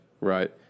Right